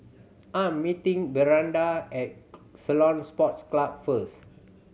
I am meeting Brianda at Ceylon Sports Club first